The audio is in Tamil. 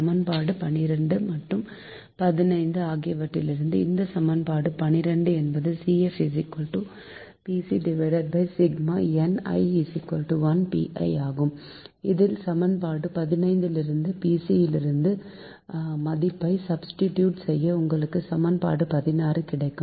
சமன்பாடு 12 மற்றும் 15 ஆகியவற்றிலிருந்து இந்த சமன்பாடு 12 என்பது CF pci1npi ஆகும் இதில் சமன்பாடு 15லிருந்து Pc ன் மதிப்பை சப்ஸ்டிட்யூட் செய்ய உங்களுக்கு சமன்பாடு 16 கிடைக்கும்